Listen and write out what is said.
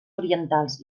orientals